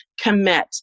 commit